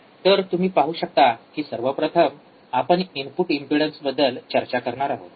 तर तुम्ही पाहू शकता कि सर्वप्रथम आपण इनपुट इम्पेडन्सबद्दल चर्चा करणार आहोत